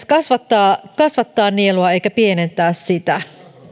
kasvattaa kasvattaa nielua eikä pienentää sitä